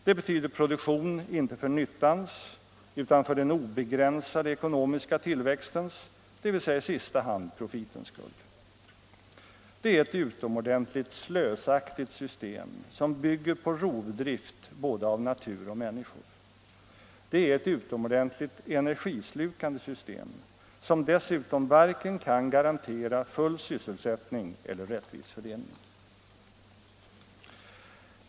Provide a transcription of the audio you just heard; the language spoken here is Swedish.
Det betyder produktion inte för nyttans, utan för den obegränsade ekonomiska tillväxtens, dvs. i sista hand profitens skull. Det är ett utomordentligt slösaktigt system, som bygger på rovdrift av både natur och människor. Det är ett utomordentligt energislukande system, som dessutom varken kan garantera full sysselsättning eller rättvis fördelning.